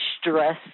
stress